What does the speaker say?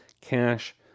cash